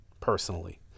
personally